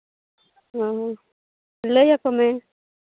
ᱦᱮᱸ ᱞᱟᱹᱭ ᱟᱠᱚ ᱢᱮ